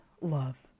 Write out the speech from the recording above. love